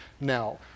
now